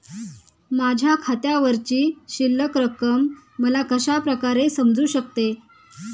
माझ्या खात्यावरची शिल्लक रक्कम मला कशा प्रकारे समजू शकते?